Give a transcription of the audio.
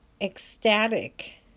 ecstatic